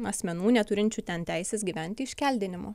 asmenų neturinčių ten teisės gyventi iškeldinimo